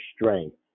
strength